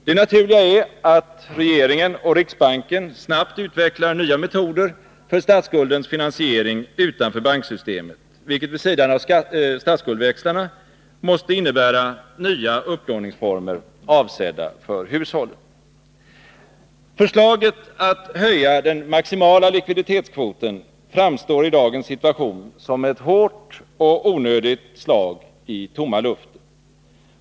Det naturliga är att regeringen och riksbanken snabbt utvecklar nya metoder för statsskuldens finansiering utanför banksystemet, vilket vid sidan av statsskuldväxlarna måste innebära nya upplåningsformer avsedda för hushållen. Förslaget att man skall höja den maximala likviditetskvoten framstår i dagens situation som ett hårt och onödigt slag i tomma luften.